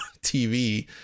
TV